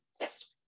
yes